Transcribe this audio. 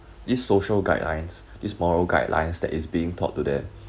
these social guidelines is moral guidelines that is being taught to them